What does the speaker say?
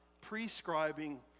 prescribing